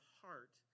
heart